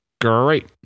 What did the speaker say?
Great